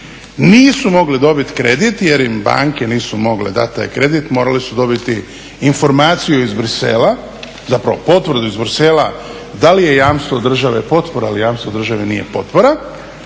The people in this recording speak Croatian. Nisu mogli dobiti kredit jer im banke nisu mogle dati taj kredit, morali su dobiti informaciju iz Bruxellesa, zapravo potvrdu iz Bruxellesa da li je jamstvo države potpora ili jamstvo države nije potpora.